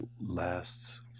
last